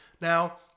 now